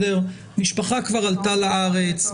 המשפחה כבר עלתה לארץ,